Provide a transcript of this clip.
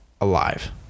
alive